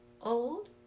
Old